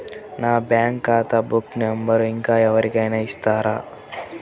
నా బ్యాంక్ ఖాతా బుక్ యొక్క నంబరును ఇంకా ఎవరి కైనా ఇస్తారా?